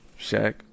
Shaq